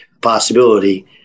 possibility